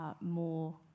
more